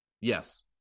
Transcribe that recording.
yes